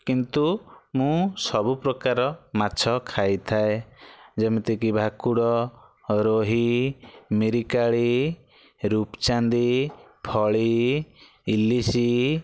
କିନ୍ତୁ ମୁଁ ସବୁ ପ୍ରକାର ମାଛ ଖାଇଥାଏ ଯେମିତି କି ଭାକୁର ରୋହି ମିରିକାଳି ରୁପଚାନ୍ଦି ଫଳି ଇଲିଶି